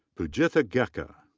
poojitha gecka.